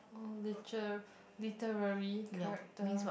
oh lite~ literally character